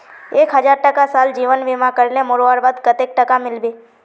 एक हजार टका साल जीवन बीमा करले मोरवार बाद कतेक टका मिलबे?